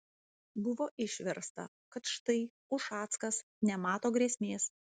buvo išversta kad štai ušackas nemato grėsmės